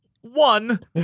one